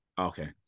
Okay